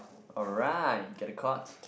alright get the court